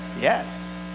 Yes